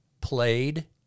played